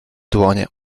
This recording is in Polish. dłonie